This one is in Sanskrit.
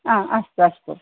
आ अस्तु अस्तु